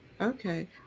Okay